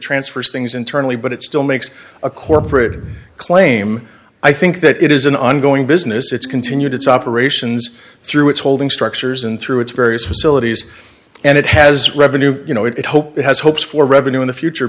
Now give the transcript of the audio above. transfers things internally but it still makes a corporate claim i think that it is an ongoing business its continued its operations through its holding structures and through its various facilities and it has revenue you know it hope it has hopes for revenue in the future